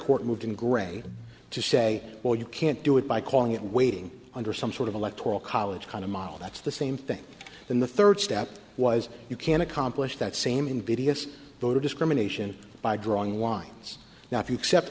court moved in gray to say well you can't do it by calling it waiting under some sort of electoral college kind of model that's the same thing then the third step was you can accomplish that same invidious voter discrimination by drawing lines now if you accept